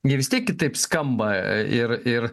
jie vis tiek kitaip skamba ir ir